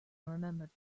remembered